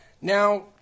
Now